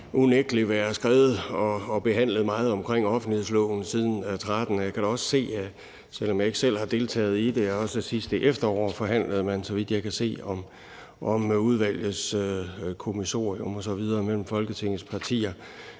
der da unægtelig har været skrevet og behandlet meget omkring offentlighedsloven siden 2013. Jeg kan da også se, selv om jeg ikke selv har deltaget i det, at man også sidste efterår forhandlede, så vidt jeg kan se, om udvalgets kommissorium osv. mellem Folketingets partier.